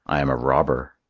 i am a robber.